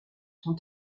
son